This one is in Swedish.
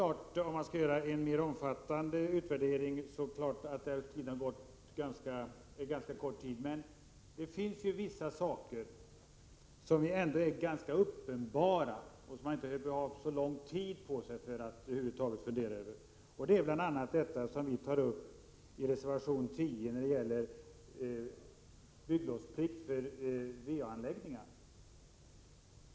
Ja, om man skall göra en mer omfattande utvärdering, är det klart att tillämpningstiden är ganska kort, men det finns vissa saker som är uppenbara och som man inte behöver ha så lång tid på sig att fundera över, bl.a. det som vi tar upp i reservation 10 om bygglovsplikt för va-anläggningar.